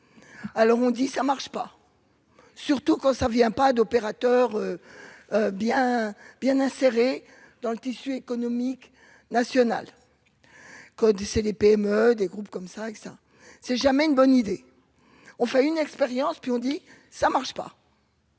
alors on dit : ça marche pas, surtout quand ça vient pas d'opérateur bien bien inséré dans le tissu économique national que du c'est des PME, des groupes comme ça que ça s'est jamais une bonne idée, on fait une expérience puis on dit ça marche pas.